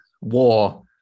war